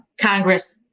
Congress